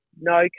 no